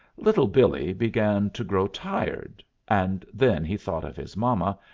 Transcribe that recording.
little billee began to grow tired and then he thought of his mama,